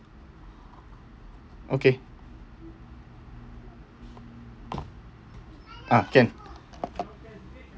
okay ah can